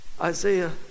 Isaiah